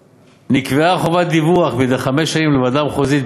5. נקבעה חובת דיווח מדי חמש שנים לוועדה המחוזית,